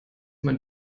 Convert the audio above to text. man